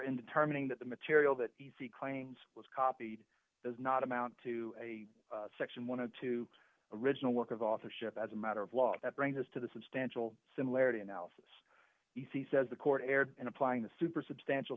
in determining that the material that he claims was copied does not amount to a section one of two original work of authorship as a matter of law that brings us to the substantial similarity analysis you see says the court erred in applying the super substantial